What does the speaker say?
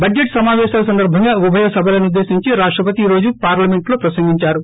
budget సమాపేశాల సందర్భంగా ఉభయ సభలనుద్దేశించి రాష్టపతి ఈ రోజు పార్లమెంట్లో ప్రసంగించారు